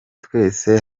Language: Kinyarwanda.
twese